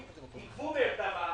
אם יגבו מהם את המע"מ,